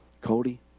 Cody